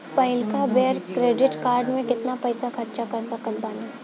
पहिलका बेर credit card से केतना पईसा खर्चा कर सकत बानी?